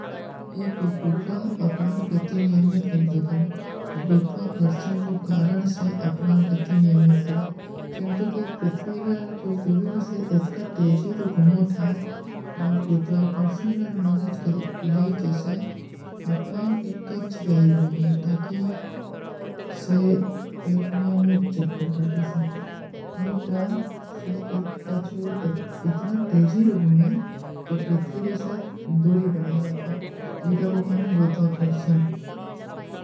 ଏକ ଗୁପଗ୍ରହ ଅପନାର ଗତି ନିଯମିତ କେଂଟୋ କରେଂ। ଗୁରୁତ୍ଵା କର୍ଶନର କାରଣ ସେ ଅପନାର ଗତି ନିଯମିତ କରେଂ। ଚଂତୋ କି ପ୍ରିଥ୍ଵୀରାର କୁଛ ଦୋରୀର ସେ ଇତକା ତେଜୀର ଗୁମ ଉଠାଏଂ। ଗୁରୁତ୍ଵା କର୍ଶନର କାରଣ ସେ ଅପନାର ଗତି ନିଯମିତ କରେଂ।